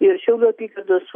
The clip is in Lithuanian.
ir šiaulių apygardos